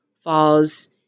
falls